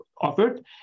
offered